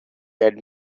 had